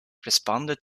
responded